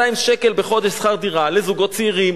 שקלים בחודש שכר דירה לזוגות צעירים